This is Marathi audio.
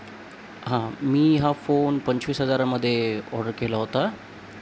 हां मी हा फोन पंचवीस हजारामध्ये ऑर्डर केला होता